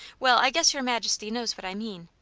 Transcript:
well, i guess your majesty knows what i mean.